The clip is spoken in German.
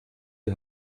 die